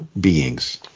beings